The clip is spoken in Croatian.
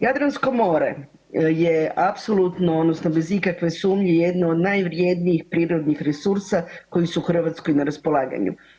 Jadranko more je apsolutno odnosno bez ikakve sumnje jedno od najvrjednijih prirodnih resursa koji su Hrvatskoj na raspolaganju.